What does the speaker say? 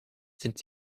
sind